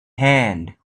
hand